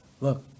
look